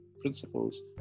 principles